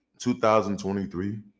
2023